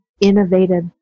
innovative